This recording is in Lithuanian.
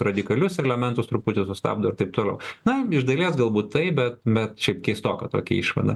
radikalius elementus truputį sustabdo ir taip toliau na iš dalies galbūt taip bet bet čia keistoka tokia išvada